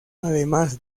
además